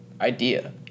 idea